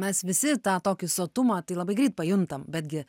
mes visi tą tokį sotumą tai labai greit pajuntam bet gi